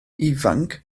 ifanc